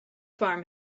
farm